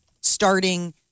starting